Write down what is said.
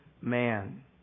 man